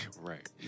Right